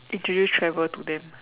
introduce travel to them